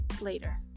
later